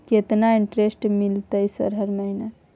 केतना इंटेरेस्ट मिलते सर हर महीना?